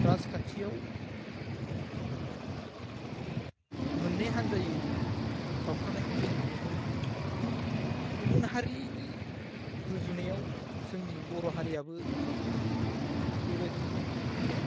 राजखान्थिआव मोन्नै हान्जायै गावस्रानायखौ जों नुनो मोनो गुबुन हारिनि रुजुनायाव जोंनि बर' हारिआबो बेबायदिनो